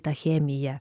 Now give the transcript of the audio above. ta chemija